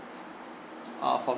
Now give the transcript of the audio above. uh from